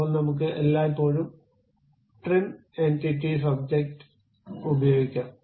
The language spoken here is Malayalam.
അപ്പോൾ നമുക്ക് എല്ലായ്പ്പോഴും ട്രിം എന്റിറ്റീസ് ഒബ്ജക്റ്റ് ഉപയോഗിക്കാം